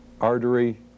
artery